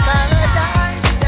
Paradise